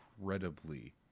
incredibly